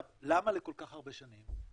למה לכל כך הרבה שנים?